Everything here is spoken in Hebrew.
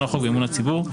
שלטון החוק ואמון הציבור.